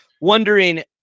wondering